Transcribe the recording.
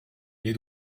les